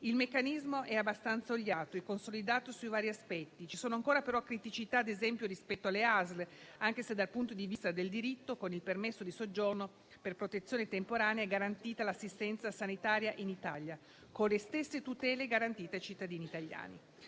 il meccanismo è abbastanza oliato e consolidato sui vari punti. Ci sono ancora però criticità, ad esempio rispetto alle ASL, anche se, dal punto di vista del diritto, con il permesso di soggiorno per protezione temporanea è garantita l'assistenza sanitaria in Italia con le stesse tutele garantite ai cittadini italiani.